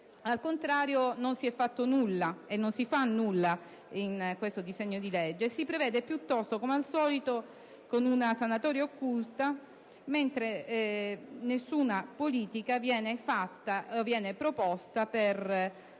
Al contrario, non si è fatto nulla e non si fa nulla in questo disegno di legge. Si procede piuttosto, come al solito, con una sanatoria occulta, mentre nessuna politica viene proposta per